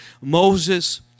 Moses